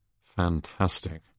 fantastic